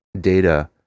data